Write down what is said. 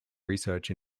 research